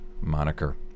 moniker